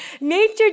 nature